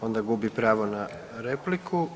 Onda gubi pravo na repliku.